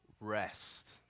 rest